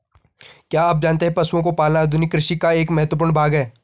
क्या आप जानते है पशुओं को पालना आधुनिक कृषि का एक महत्वपूर्ण भाग है?